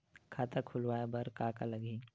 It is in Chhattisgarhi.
खाता खुलवाय बर का का लगही?